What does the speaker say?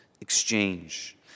exchange